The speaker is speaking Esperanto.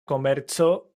komerco